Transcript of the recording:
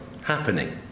happening